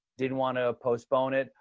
didn't want to postpone it.